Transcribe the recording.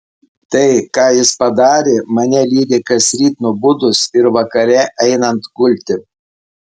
tai ką jis padarė mane lydi kasryt nubudus ir vakare einant gulti